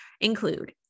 include